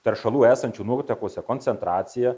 teršalų esančių nuotekose koncentracija